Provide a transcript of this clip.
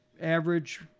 average